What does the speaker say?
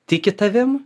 tiki tavim